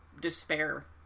despair